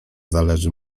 zależy